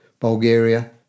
Bulgaria